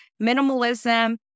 minimalism